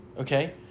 okay